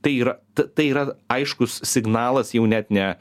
tai yra tai yra aiškus signalas jau net ne